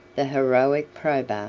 the heroic probus,